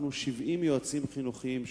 70 יועצים חינוכיים,